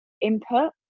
input